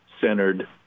centered